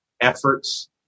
efforts